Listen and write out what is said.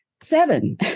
Seven